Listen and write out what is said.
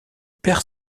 perd